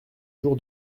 jour